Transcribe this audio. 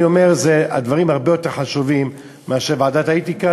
אני אומר שהדברים הרבה יותר חשובים מאשר ועדת האתיקה,